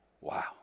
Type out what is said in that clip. Wow